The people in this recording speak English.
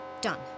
Done